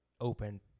open